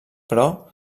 però